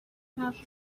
have